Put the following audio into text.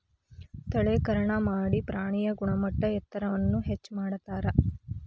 ತಳೇಕರಣಾ ಮಾಡಿ ಪ್ರಾಣಿಯ ಗುಣಮಟ್ಟ ಎತ್ತರವನ್ನ ಹೆಚ್ಚ ಮಾಡತಾರ